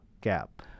gap